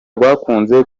rwakunze